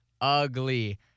ugly